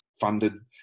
funded